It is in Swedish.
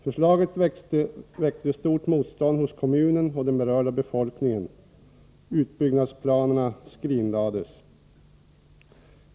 Förslaget väckte stort motstånd hos kommunen och den berörda befolkningen. Utbyggnadsplanerna skrinlades.